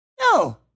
no